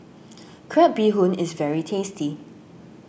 Crab Bee Hoon is very tasty